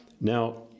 Now